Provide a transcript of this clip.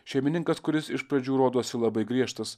šeimininkas kuris iš pradžių rodosi labai griežtas